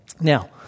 Now